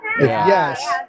Yes